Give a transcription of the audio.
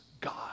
God